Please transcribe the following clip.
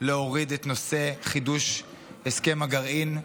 להוריד את נושא חידוש הסכם הגרעין מסדר-היום.